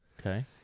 Okay